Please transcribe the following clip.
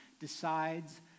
decides